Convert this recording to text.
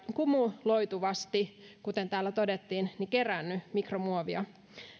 kumuloituvasti kuten täällä todettiin keräänny mikromuovia